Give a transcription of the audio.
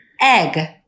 Egg